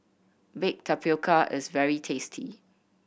baked tapioca is very tasty